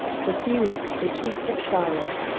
suffused the cheeks of charlotte.